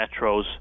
metros